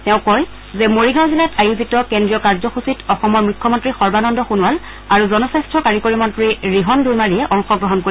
তেওঁ কয় যে মৰিগাঁও জিলাত আয়োজিত কেন্দ্ৰীয় কাৰ্যসূচীত অসমৰ মুখ্যমন্তী সৰ্বানন্দ সোণোৱাল আৰু জনস্বাস্থ্য কাৰিকৰী মন্ত্ৰী ৰিহন দৈমাৰীয়ে অংশগ্ৰহণ কৰিব